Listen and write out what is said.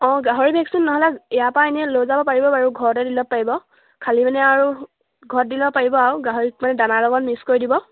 অঁ গাহৰি ভেকচিন নহ'লে ইয়াৰপৰা এনেই লৈ যাব পাৰিব বাৰু ঘৰতে দি ল'ব পাৰিব খালী মানে আৰু ঘৰত দি ল'ব পাৰিব আৰু গাহৰিক মানে দানাৰ লগত মিক্স কৰি দিব